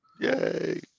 Yay